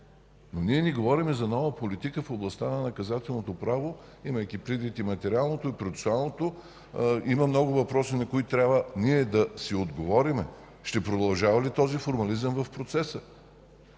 но ние не говорим за нова политика в областта на наказателното право, имайки предвид и материалното, и процесуалното. Има много въпроси, на които ние трябва да си отговорим: ще продължава ли този формализъм в процеса?